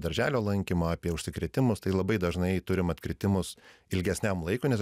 darželio lankymą apie užsikrėtimus tai labai dažnai turim atkritimus ilgesniam laikui nes